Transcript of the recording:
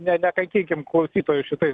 ne nekankinkim klausytojų šitais